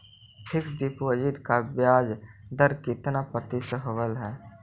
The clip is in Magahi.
फिक्स डिपॉजिट का ब्याज दर कितना प्रतिशत होब है?